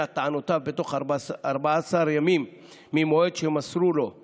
את טענותיו בתוך 14 ימים ממועד שמסרו לו את